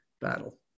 battle